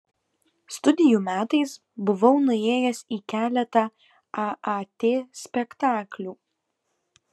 studijų metais buvau nuėjęs į keletą aat spektaklių